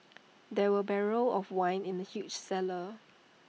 there were barrels of wine in the huge cellar